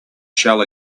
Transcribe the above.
shell